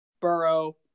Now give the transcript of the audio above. Burrow